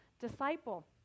disciple